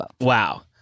Wow